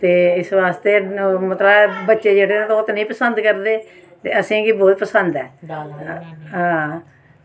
ते इस बास्तै ओह् बच्चे जेह्ड़े मतलब ओह् निं पसंद करदे ते असेंगी बोह्त पसंद ऐ